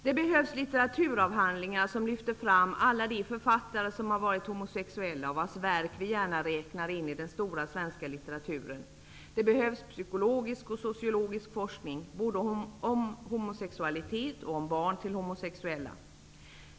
Det behövs litteraturavhandlingar som lyfter fram alla de författare som har varit homosexuella och vilkas verk vi gärna räknar in i den stora svenska litteraturen. Det behövs psykologisk och sociologisk forskning, både om homosexualitet och om barn till homosexuella.